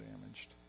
damaged